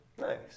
Nice